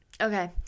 Okay